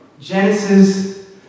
Genesis